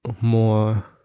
more